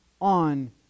on